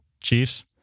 Chiefs